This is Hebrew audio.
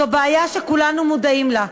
זאת בעיה שכולנו מודעים לה.